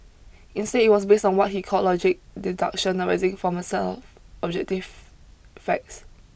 instead it was based on what he called logic deduction arising from a set of objective facts